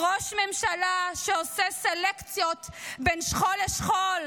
ראש ממשלה שעושה סלקציות בין שכול לשכול,